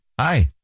Hi